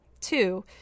two